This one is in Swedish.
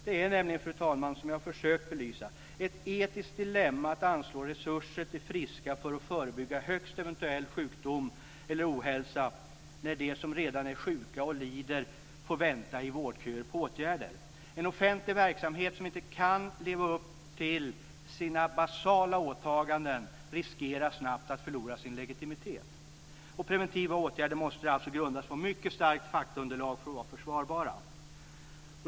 Det är nämligen, fru talman, som jag har försökt belysa, ett etiskt dilemma att anslå resurser till friska för att förebygga högst eventuell sjukdom eller ohälsa, när de som redan är sjuka och lider får vänta i vårdköer på åtgärder. En offentlig verksamhet som inte kan leva upp till sina basala åtaganden riskerar snabbt att förlora sin legitimitet. Preventiva åtgärder måste alltså grundas på mycket starkt faktaunderlag för att vara försvarbara.